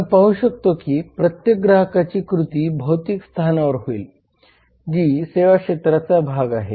आपण पाहू शकतो की प्रत्येक ग्राहकाची कृती भौतिक स्थानावर होईल जी सेवाक्षेत्राचा भाग आहे